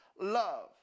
love